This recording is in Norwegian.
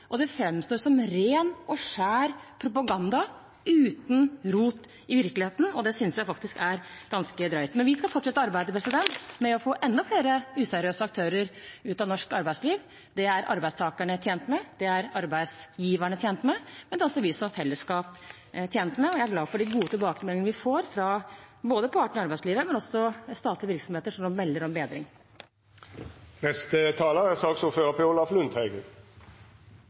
Det framstår som ren og skjær propaganda uten rot i virkeligheten, og det synes jeg faktisk er ganske drøyt. Vi skal fortsette arbeidet med å få enda flere useriøse aktører ut av norsk arbeidsliv. Det er arbeidstakerne tjent med, det er arbeidsgiverne tjent med, men det er også vi som fellesskap tjent med. Jeg er glad for de gode tilbakemeldingene vi får både fra partene i arbeidslivet og fra statlige virksomheter, som nå melder om bedring. Det er